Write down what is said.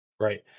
Right